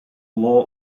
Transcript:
law